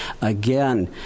Again